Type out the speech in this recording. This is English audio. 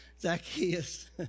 Zacchaeus